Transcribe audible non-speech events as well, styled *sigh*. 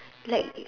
like *noise*